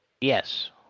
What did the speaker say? Yes